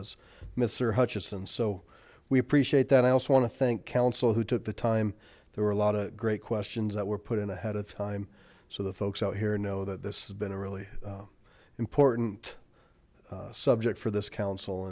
hutchison so we appreciate that i also want to thank council who took the time there were a lot of great questions that were put in ahead of time so the folks out here know that this has been a really important subject for this council